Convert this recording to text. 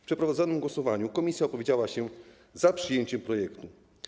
W przeprowadzonym głosowaniu komisja opowiedziała się za przyjęciem projektu.